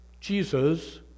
Jesus